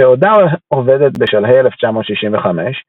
בעודה עובדת בשלהי 1965,